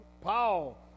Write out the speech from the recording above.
Paul